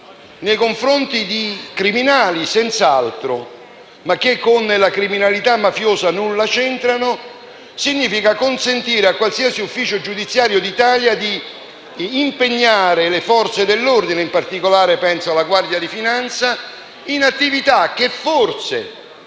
nei confronti di criminali - senz'altro - che però con la criminalità mafiosa nulla c'entrano, significa consentire a qualsiasi ufficio giudiziario d'Italia di impegnare le Forze dell'ordine - penso in particolare alla Guardia di finanza - in attività che forse